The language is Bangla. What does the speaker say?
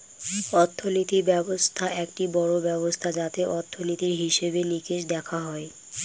অর্থনীতি ব্যবস্থা একটি বড়ো ব্যবস্থা যাতে অর্থনীতির, হিসেবে নিকেশ দেখা হয়